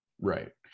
right